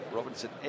Robinson